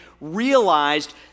realized